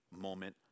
moment